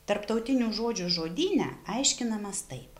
tarptautinių žodžių žodyne aiškinamas taip